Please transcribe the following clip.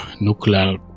nuclear